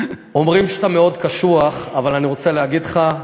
אומרים שאתה מאוד קשוח, אבל אני רוצה להגיד לך,